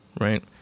right